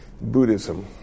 Buddhism